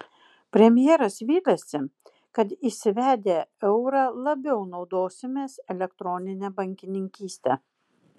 premjeras viliasi kad įsivedę eurą labiau naudosimės elektronine bankininkyste